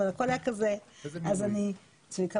צביקה